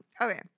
Okay